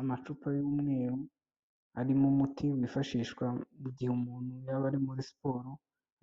Amacupa y'umweru arimo umuti wifashishwa mu gihe umuntu yaba ari muri siporo